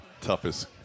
toughest